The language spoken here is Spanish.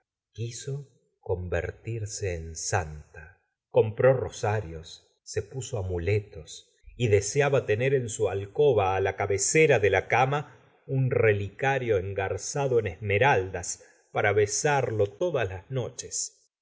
quiso convertirse en santa compró rosario se puso amuletos y deseaba tener en su alcoba á la cabecera de la c ama un relicario engarzado en esme raldas para besarlo todas las noches